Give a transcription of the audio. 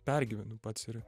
pergyvenu pats ir